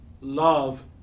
Love